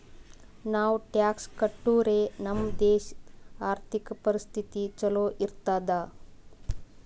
ನಾವು ಟ್ಯಾಕ್ಸ್ ಕಟ್ಟುರೆ ನಮ್ ದೇಶ ಆರ್ಥಿಕ ಪರಿಸ್ಥಿತಿ ಛಲೋ ಇರ್ತುದ್